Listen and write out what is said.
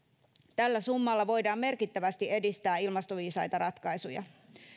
tällä summalla voidaan merkittävästi edistää ilmastoviisaita ratkaisuja